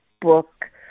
book